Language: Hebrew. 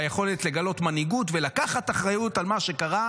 והיכולת לגלות מנהיגות ולקחת אחריות על מה שקרה,